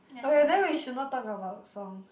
okay then we should not talk about songs